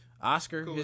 Oscar